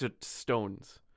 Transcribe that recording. stones